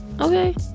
okay